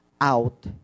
out